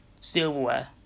silverware